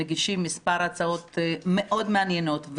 מגישים מספר הצעות מאוד מעניינות,